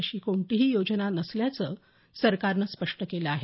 अशी कोणतीही योजना नसल्याचं सरकारनं स्पष्ट केलं आहे